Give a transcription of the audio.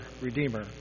Redeemer